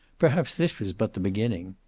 perhaps this was but the beginning.